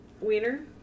Wiener